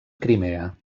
crimea